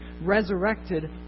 resurrected